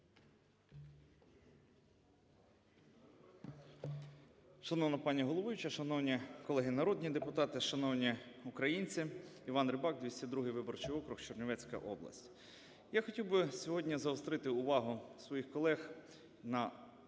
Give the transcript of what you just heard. Шановна пані головуюча! Шановні колеги народні депутати! Шановні українці! Іван Рибак, 202 виборчий округ, Чернівецька область. Я хотів би сьогодні загострити увагу своїх колег на важливих